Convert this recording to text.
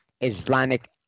Islamic